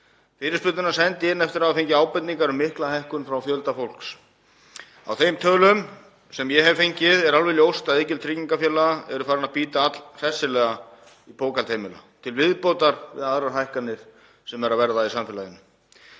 Fyrirspurnina sendi ég eftir að hafa fengið ábendingar um mikla hækkun frá fjölda fólks. Af þeim tölum sem ég hef fengið er alveg ljóst að iðgjöld tryggingafélaga eru farin að bíta allhressilega í bókhald heimilanna til viðbótar við aðrar hækkanir sem eru að verða í samfélaginu.